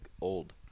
old